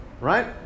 right